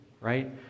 Right